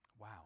Wow